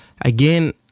Again